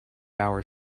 our